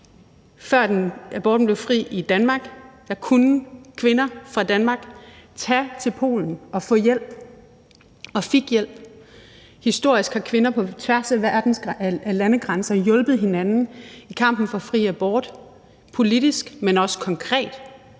Før aborten blev fri i Danmark, kunne kvinder fra Danmark tage til Polen og få hjælp – og de fik hjælp. Historisk har kvinder på tværs af landegrænser hjulpet hinanden i kampen for fri abort – politisk, men også konkret